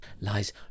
lies